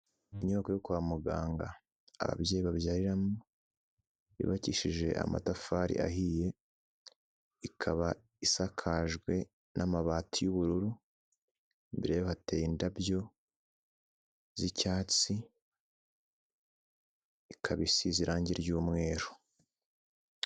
Inyubako yo kwa muganga ababyeyi babyariramo yubakishije amatafari ahiye, ikaba isakajwe n'amabati y'ubururu, imbere yaho hateye indabyo z'icyatsi, ikaba isize irangi ry'umweru.